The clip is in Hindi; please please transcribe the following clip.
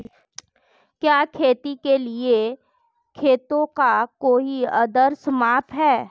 क्या खेती के लिए खेतों का कोई आदर्श माप है?